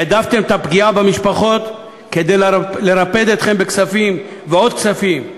העדפתם את הפגיעה במשפחות כדי לרפד אתכם בכספים ועוד כספים.